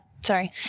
sorry